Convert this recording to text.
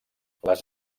les